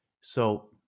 So-